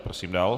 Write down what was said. Prosím dále.